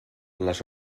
les